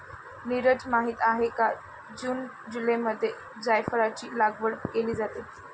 नीरज माहित आहे का जून जुलैमध्ये जायफळाची लागवड केली जाते